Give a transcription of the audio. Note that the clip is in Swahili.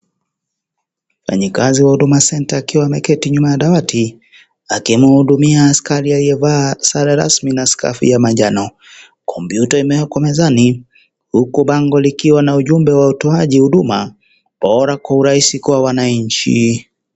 Wafanyikazi aa huduma senta wakiwa wameketi nyuma ya dawati aki mhudumia askari alie vaa sare rasmi na skafu ya manjano. Kompyuta imewekwa mezani ,huku bango likiwa na ujumbe wa utoaji huduma bora kwa wananchi.